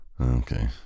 Okay